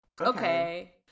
okay